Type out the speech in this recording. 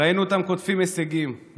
ראינו אותם קוטפים הישגים,